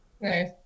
Nice